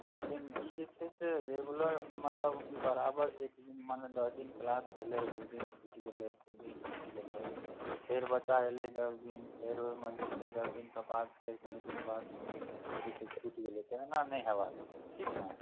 लेकिन ई जे छै से रेगुलर मतलब कि बराबर मतलब कि एक दिन दस दिन क्लास भेलै दू दिन छुटि गेलै तीन दिन छुटि गेलै फेर बच्चा एलै दस दिन क्लास फेर ओहिमे जे छै दस दिनके बाद फेर कनि दिन बाद छुटि गेलै तऽ एना नहि हेबाके चाही ठीक ने